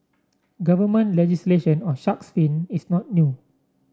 government legislation on shark's fin is not new